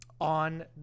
on